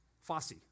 Fosse